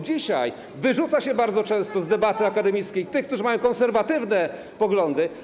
Dzisiaj wyrzuca się bardzo często z debaty akademickiej tych, którzy mają konserwatywne poglądy.